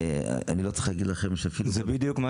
אני לא צריך להגיד לכם -- זה בדיוק מה